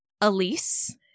Elise